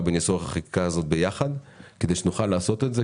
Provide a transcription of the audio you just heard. בניסוח החקיקה הזאת כדי שנוכל לעשות אותה ביחד.